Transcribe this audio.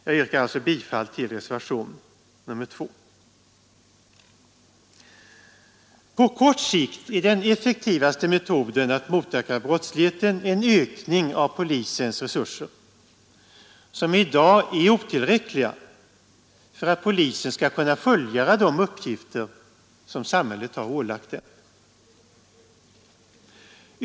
Jag yrkar alltså bifall till reservationen oå På kort sikt är den effektivaste metoden att motverka brottslighet en ökning av polisens resurser, som i dag är otillräckliga för att polisen skall kunna fullgöra de uppgifter som samhället har ålagt den.